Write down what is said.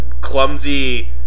clumsy